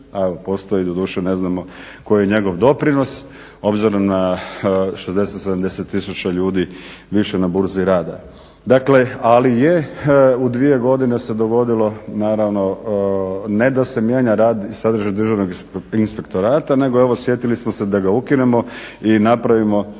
postoji, a doduše ne znamo koji je njegov doprinos obzirom na 60, 70 tisuća ljudi više na Burzi rada. Dakle, ali je u 2 godine se dogodilo naravno ne da se mijenja rad i sadržaj Državnog inspektorata nego evo sjetili smo se da ga ukinemo i napravimo jedno